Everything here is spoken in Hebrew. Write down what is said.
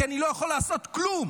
כי אני לא יכול לעשות כלום.